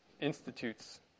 institutes